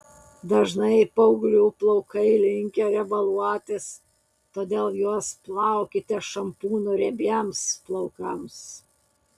dažnai paauglių plaukai linkę riebaluotis todėl juos plaukite šampūnu riebiems plaukams